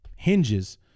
Hinges